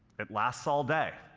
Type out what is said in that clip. it lasts all day.